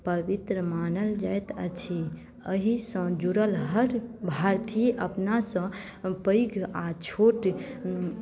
पवित्र मानल जाइत अछि एहिसँ जुड़ल हर भारतीय अपनासँ पैघ आ छोट